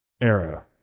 era